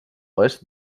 oest